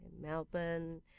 Melbourne